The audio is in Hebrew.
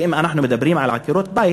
ואם אנחנו מדברים על עקרות-בית,